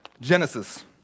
Genesis